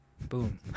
Boom